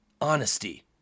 honesty